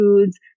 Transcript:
foods